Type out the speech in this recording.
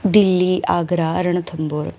Delhi Agra Ranthambore